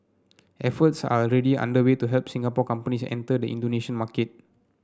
efforts are already underway to help Singapore companies enter the Indonesia market